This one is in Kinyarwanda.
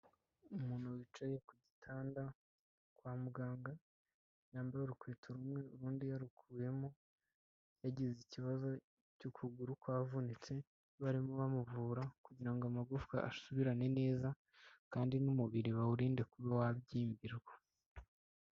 Umuntu wicaye ku gitanda kwa muganga, yambaye urukweto rumwe urundi yarukuyemo, yagize ikibazo cy'ukuguru kwavunitse, barimo bamuvura kugira ngo amagufwa asubirane neza kandi n'umubiri bawurinde kuba wabyimbirwa.